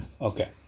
Okay